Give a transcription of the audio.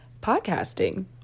podcasting